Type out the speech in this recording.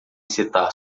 citar